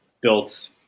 built